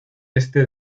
este